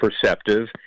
perceptive